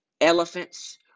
Elephants